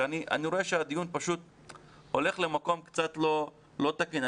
אני רואה שהדיון הולך למקום קצת לא תקין.